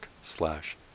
slash